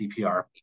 CPR